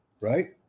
Right